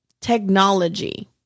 technology